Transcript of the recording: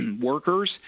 workers